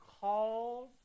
called